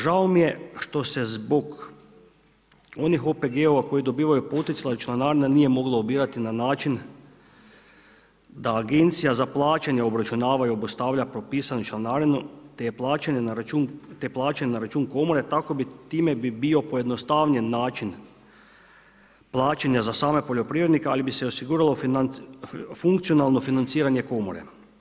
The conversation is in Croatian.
Žao mi je što se zbog onih OPG-ova koji dobivaju poticaje i članarina nije mogla ubirati na način da Agencija za plaćanje obračunava i obustavlja propisanu članarinu te plaćanje na račun komore, tako bi, time bi bio pojednostavljen način plaćanja za same poljoprivrednike ali bi se i osiguralo funkcionalno financiranje komore.